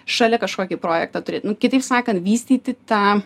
šalia kažkokį projektą turėt nu kitaip sakant vystyti tą